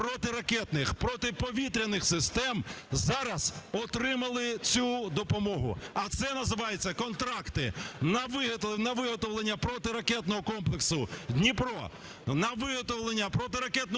протиракетних, протиповітряних систем, зараз отримали цю допомогу. А це називається контракти на виготовлення протиракетного комплексу "Дніпро", на виготовлення протиракетного комплексу